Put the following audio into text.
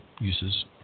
uses